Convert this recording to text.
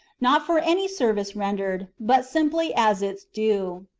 not for any service rendered, but simply as its due.